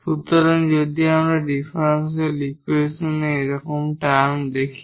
সুতরাং যদি আমরা ডিফারেনশিয়াল ইকুয়েশনে এইরকম কিছু টার্ম দেখি